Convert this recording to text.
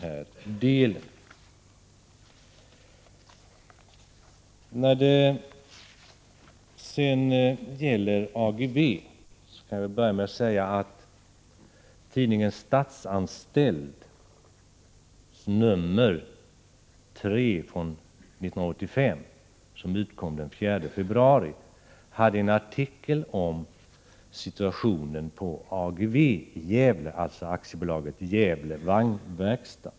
När det sedan gäller AGEVE —- AB Gävle Vagnverkstad — vill jag börja med att säga att tidningen Statsanställd nr 3 från i år, som utkom den 4 februari, hade en artikel om situationen vid AGEVE i Gävle.